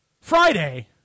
Friday